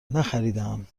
نخریدهام